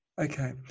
Okay